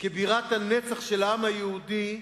כבירת הנצח של העם היהודי.